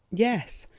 yes,